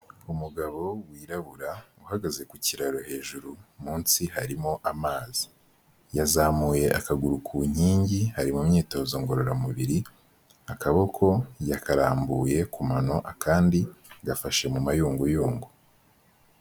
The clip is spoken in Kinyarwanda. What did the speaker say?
Umugabo wirabura uhagaze ku kiraro hejuru munsi harimo amazi, yazamuye akaguru ku nkingi ari mu myitozo ngororamubiri, akaboko yakararambuye ku mano, akandi gafashe mu mayunguyungu.